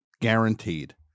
Guaranteed